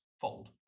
fold